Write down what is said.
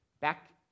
back